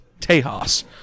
Tejas